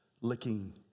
licking